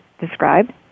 described